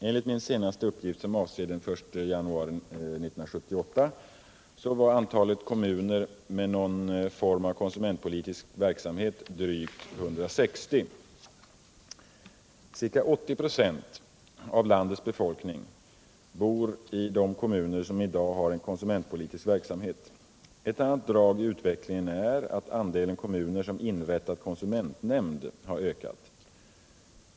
Enligt min senaste uppgift, som avser den 1 januari 1978, var antalet kommuner 1 med någon form av konsumentpolitisk verksamhet drygt 160. Ca 80 926 av landets befolkning bor i de kommuner som i dag har en konsumentpolitisk verksamhet. Ett annat drag i utvecklingen är att andelen kommuner som inrättat konsumentnämnd har ökat.